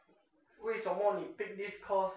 为什么你 pick this course